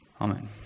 Amen